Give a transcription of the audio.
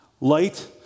Light